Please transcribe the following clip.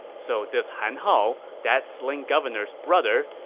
so this han hao, that slain governor's brother,